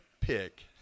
pick